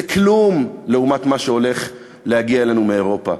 זה כלום לעומת מה שהולך להגיע אלינו מאירופה.